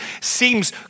seems